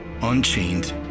unchained